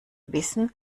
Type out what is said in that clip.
wissen